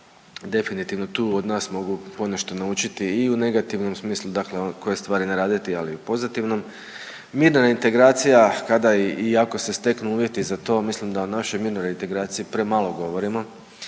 definitivno tu od nas mogu ponešto naučiti i u negativnom smislu, dakle koje stvari ne raditi, ali i u pozitivnom. Mirna reintegracija, kada i ako se steknu uvjeti za to mislim da o našoj mirnoj reintegraciji premalo govorimo